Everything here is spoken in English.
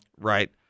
Right